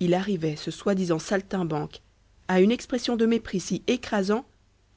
il arrivait ce soi-disant saltimbanque à une expression de mépris si écrasant